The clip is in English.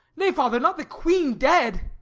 nay, father, not the queen dead!